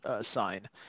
sign